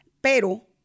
Pero